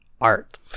art